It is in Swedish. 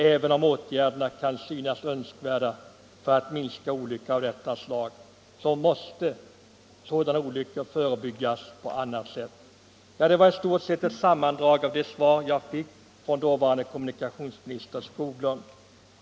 Även om åtgärder kan synas önskvärda för att minska olyckor av detta slag, måste sådana olyckor förebyggas på annat sätt. Det är i stort sett ett sammandrag av det svar jag fick från dåvarande kommunikationsminister Skoglund.